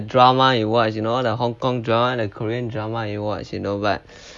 drama you watched you know all the hong kong drama all the korean drama you watch you know but